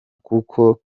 kuko